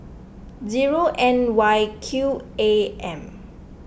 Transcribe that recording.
zero N Y Q A M